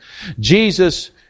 Jesus